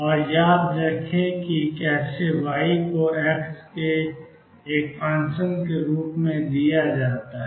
और याद रखें कि कैसे Y को X के एक फंक्शन के रूप में दिया जाता है